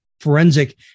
forensic